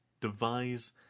devise